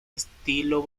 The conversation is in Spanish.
estilo